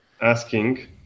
asking